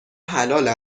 حلال